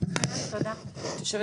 את יושבת